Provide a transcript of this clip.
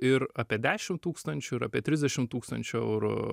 ir apie dešimt tūkstančių ir apie trisdešimt tūkstančių eurų